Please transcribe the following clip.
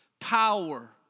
Power